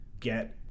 get